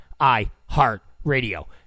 iHeartRadio